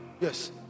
Yes